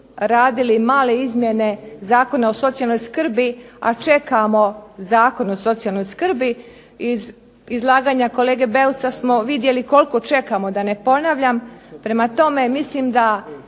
radili male izmjene Zakona o socijalnoj skrbi, a čekamo Zakon o socijalnoj skrbi. Iz izlaganja kolege Beusa smo vidjeli koliko čekamo da ne ponavljam. Prema tome mislim da